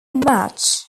match